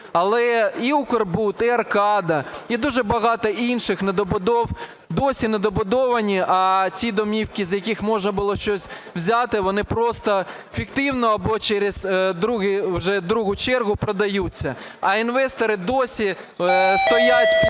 Але і "Укрбуд" і "Аркада" і дуже багато інших недобудов досі недобудовані. А ті домівки, з яких можна було щось взяти, вони просто фіктивно або через вже другу чергу продаються, а інвестори досі стоять